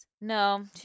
No